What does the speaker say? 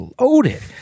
loaded